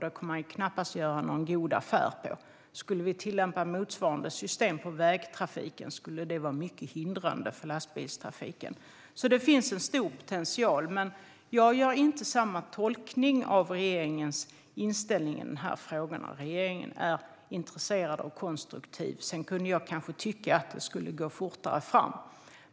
Det kan man knappast göra någon god affär på. Skulle vi tillämpa motsvarande system på vägtrafiken skulle det vara mycket hindrande för lastbilstrafiken. Det finns en stor potential. Jag gör inte samma tolkning av regeringens inställning i frågan. Regeringen är intresserad och konstruktiv. Sedan kan jag kanske tycka att det borde gå fortare fram.